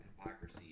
hypocrisy